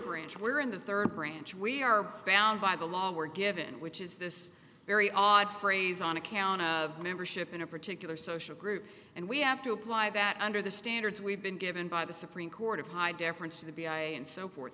branch where in the third branch we are bound by the law were given which is this very odd phrase on account of membership in a particular social group and we have to apply that under the standards we've been given by the supreme court of high deference to the b i and so forth